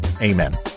Amen